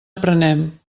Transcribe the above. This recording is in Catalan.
aprenem